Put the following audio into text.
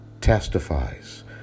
testifies